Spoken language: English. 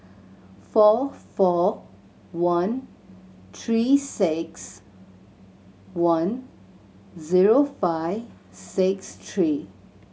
four four one Three Six One zero five six three